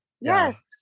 yes